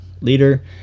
leader